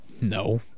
No